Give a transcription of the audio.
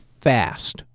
fast